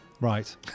Right